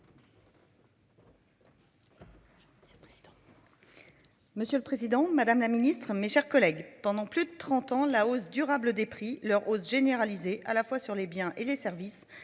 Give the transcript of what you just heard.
Monsieur le Président Madame la Ministre, mes chers collègues. Pendant plus de 30 ans, la hausse durable des prix leur hausse généralisée à la fois sur les biens et les services